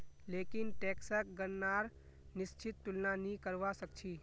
लेकिन टैक्सक गणनार निश्चित तुलना नी करवा सक छी